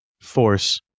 force